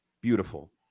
Beautiful